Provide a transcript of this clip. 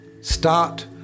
start